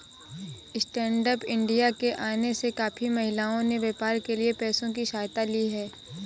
stand up India के आने से काफी महिलाओं ने व्यापार के लिए पैसों की सहायता ली है